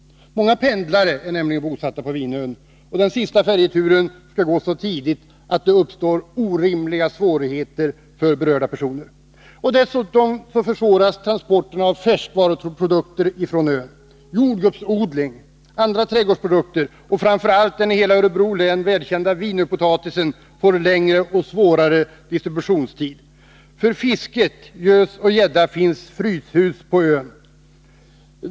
Många pendlare är nämligen bosatta på Vinön, och den sista färjturen går så tidigt att det uppstår 17 orimliga svårigheter för berörda personer. Dessutom försvåras transporterna av färskvaruprodukter från ön. När det gäller jordgubbar, andra trädgårdsprodukter och framför allt den i hela Örebro län välkända Vinöpotatisen blir det en längre distributionstid. För fisket — man fiskar gös och gädda — finns fryshus på ön.